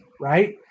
right